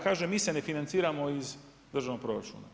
Kaže mi se ne financiramo iz državnog proračuna.